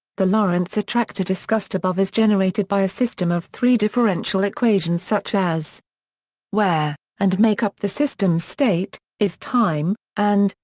the lorenz attractor discussed above is generated by a system of three differential equations such as where, and make up the system state, is time, and,